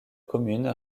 commune